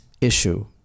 issue